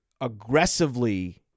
aggressively